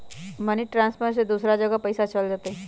Money transfer से दूसरा जगह पईसा चलतई?